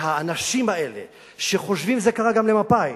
והאנשים האלה שחושבים, זה קרה גם למפא"י,